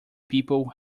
people